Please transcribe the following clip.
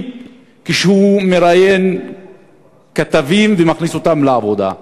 כשהוא מראיין כתבים ומכניס אותם לעבודה.